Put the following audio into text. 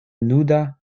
nuda